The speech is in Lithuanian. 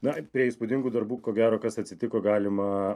na prie įspūdingų darbų ko gero kas atsitiko galima